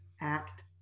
Act